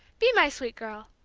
be my sweet girl!